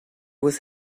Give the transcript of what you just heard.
was